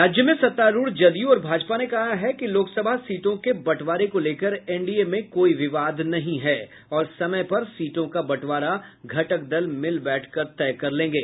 राज्य में सत्तारूढ़ जदयू और भाजपा ने कहा है कि लोकसभा सीटों के बंटबारे को लेकर एनडीए में कोई विवाद नहीं है और समय पर सीटों का बंटवारा घटक दल मिल बैठकर तय कर लेंगे